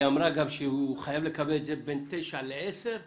היא גם אמרה שהוא חייב לקבל את זה בין 9:00 ל-10:00